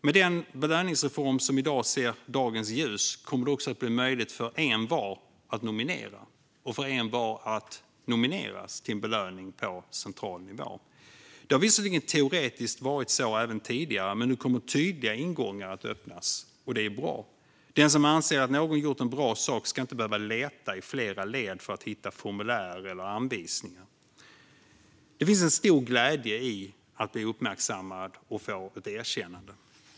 Med den belöningsreform som i dag ser dagens ljus kommer det också att bli möjligt för envar att nominera och för envar att nomineras till en belöning på central nivå. Det har visserligen teoretiskt varit så även tidigare, men nu kommer tydliga ingångar att öppnas - och det är bra. Den som anser att någon gjort en bra sak ska inte behöva leta i flera led för att hitta formulär eller anvisningar. Det finns en stor glädje i att bli uppmärksammad och få ett erkännande.